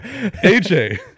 AJ